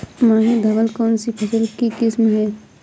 माही धवल कौनसी फसल की किस्म है?